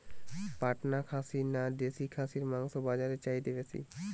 পাটনা খাসি না দেশী খাসির মাংস বাজারে চাহিদা বেশি?